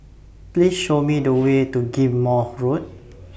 Please Show Me The Way to Ghim Moh Road